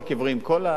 כל הנכים